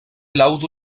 laŭdu